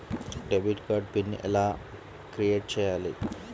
Debit card pin ఎలా create చెయ్యాలి?